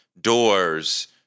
doors